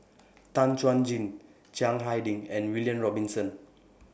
Tan Chuan Jin Chiang Hai Ding and William Robinson